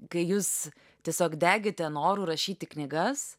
kai jūs tiesiog degėte noru rašyti knygas